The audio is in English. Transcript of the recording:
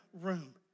room